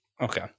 okay